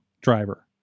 driver